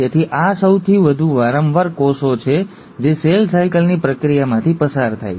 તેથી આ સૌથી વધુ વારંવાર કોષો છે જે સેલ સાયકલની પ્રક્રિયામાંથી પસાર થાય છે